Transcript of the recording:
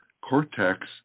cortex